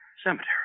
Cemetery